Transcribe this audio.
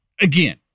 again